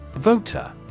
Voter